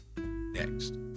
Next